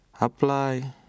Apply